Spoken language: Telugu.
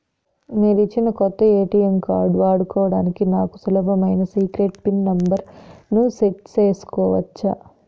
మీరిచ్చిన కొత్త ఎ.టి.ఎం కార్డు వాడుకోవడానికి నాకు సులభమైన సీక్రెట్ పిన్ నెంబర్ ను సెట్ సేసుకోవచ్చా?